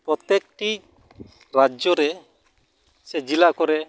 ᱯᱨᱚᱛᱮᱠᱴᱤ ᱨᱟᱡᱽᱡᱚ ᱨᱮ ᱥᱮ ᱡᱤᱞᱟ ᱠᱚᱨᱮ